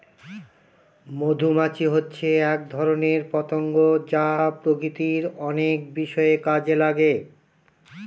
মধুমাছি হচ্ছে এক ধরনের পতঙ্গ যা প্রকৃতির অনেক বিষয়ে কাজে লাগে